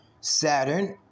Saturn